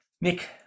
Nick